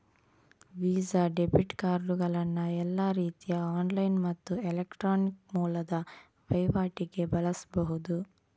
visa debit ಕಾರ್ಡುಗಳನ್ನ ಎಲ್ಲಾ ರೀತಿಯ ಆನ್ಲೈನ್ ಮತ್ತು ಎಲೆಕ್ಟ್ರಾನಿಕ್ ಮೂಲದ ವೈವಾಟಿಗೆ ಬಳಸ್ಬಹುದು